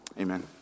Amen